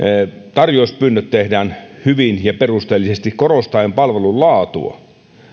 tarjouspyynnöt tehdään hyvin ja perusteellisesti korostaen palvelun laatua